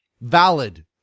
valid